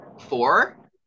four